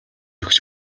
өгч